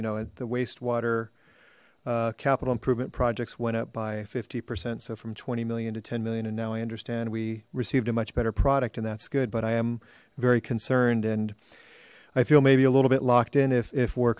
you know at the wastewater capital improvement projects went up by fifty percent so from twenty million to ten million and now i understand we received a much better product and that's good but i am very concerned and i feel maybe a little bit locked in if we're